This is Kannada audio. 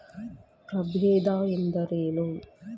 ಪ್ರಭೇದ ಎಂದರೇನು?